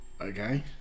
Okay